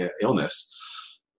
illness